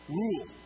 rule